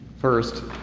First